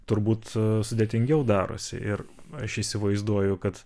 turbūt sudėtingiau darosi ir aš įsivaizduoju kad